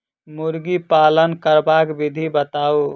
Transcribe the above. मुर्गी पालन करबाक विधि बताऊ?